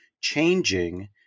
changing